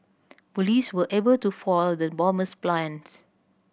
police were able to foil the bomber's plans